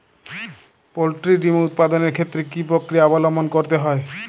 Poultry ডিম উৎপাদনের ক্ষেত্রে কি পক্রিয়া অবলম্বন করতে হয়?